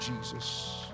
Jesus